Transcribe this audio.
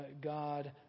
God